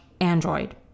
Android